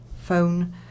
phone